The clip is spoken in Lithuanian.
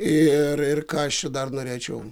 ir ir ką aš čia dar norėčiau